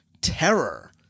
terror